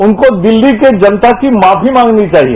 उनको दिल्ली की जनता की माफी मांगनी चाहिए